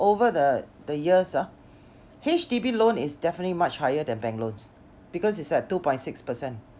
over the the years ah H_D_B loan is definitely much higher than bank loans because it's at two point six percent